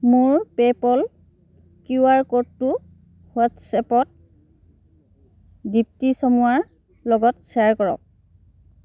মোৰ PayPal Q R ক'ডটো হোৱাট্ছএপত দীপ্তি চামুৱাৰ লগত শ্বেয়াৰ কৰক